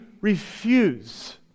refuse